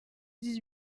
dix